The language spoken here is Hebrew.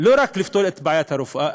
לא רק לפתור את בעיות הרפואה,